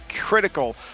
critical